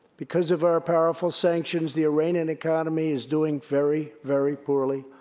because of our powerful sanctions, the iranian economy is doing very, very poorly.